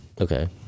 Okay